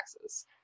taxes